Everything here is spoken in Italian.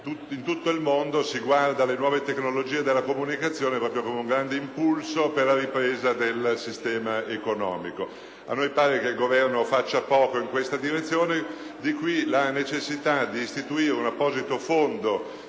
In tutto il mondo si guarda alle nuove tecnologie della comunicazione proprio come un grande impulso per la ripresa del sistema economico. A noi pare che il Governo faccia poco in questa direzione: di qui la necessità di istituire un apposito fondo